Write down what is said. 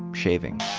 shaving.